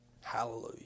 Hallelujah